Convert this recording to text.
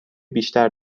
بیشتر